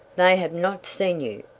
they have not seen you!